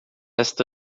esta